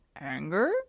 Anger